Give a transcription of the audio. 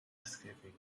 escaping